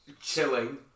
chilling